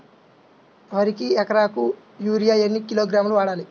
వరికి ఎకరాకు యూరియా ఎన్ని కిలోగ్రాములు వాడాలి?